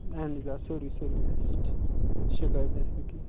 اہن حظ آ سورُے سورُے آسہِ ٹھیٖک شکایت آسہِ نہٕ کیٚنٛہہ